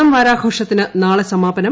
ഓണം വാരാഘോഷത്തിന് നാളെ സമാപനം